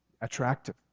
attractive